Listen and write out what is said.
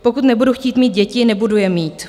Pokud nebudu chtít mít děti, nebudu je mít.